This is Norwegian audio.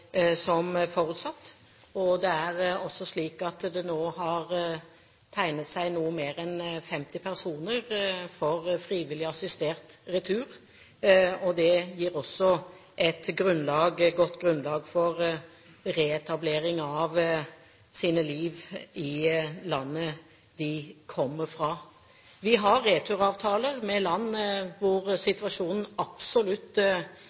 som forutsatt. Det er også slik at det nå har tegnet seg noe mer enn 50 personer for frivillig assistert retur, og det gir også et godt grunnlag for reetablering av deres liv i landet de kommer fra. Vi har returavtaler med land hvor